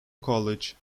college